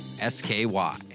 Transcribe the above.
S-K-Y